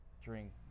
drink